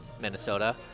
Minnesota